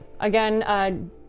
Again